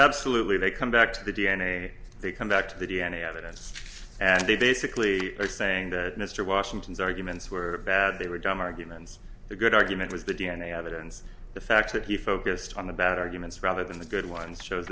absolutely they come back to the d n a they come back to the d n a evidence and they basically are saying that mr washington's arguments were bad they were dumb arguments the good argument was the d n a evidence the fact that he focused on the bad arguments rather than the good ones show